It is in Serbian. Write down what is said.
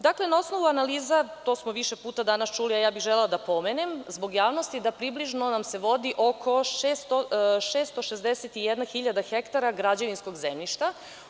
Dakle, na osnovu analiza, to smo više puta danas čuli, a ja bih želela da pomenem zbog javnosti da približno nam se vodi oko 661 hiljada hektara građevinskog zemljišta.